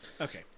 Okay